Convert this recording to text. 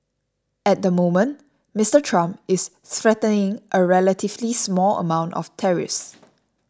at the moment Mister Trump is threatening a relatively small amounts of tariffs